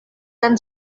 can